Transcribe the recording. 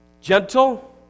gentle